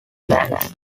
plans